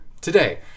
today